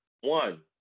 one